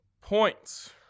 Points